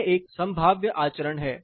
यह एक संभाव्य आचरण है